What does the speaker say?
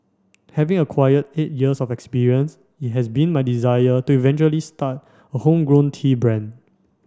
having acquired eight years of experience it has been my desire to eventually start a homegrown tea brand